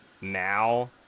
now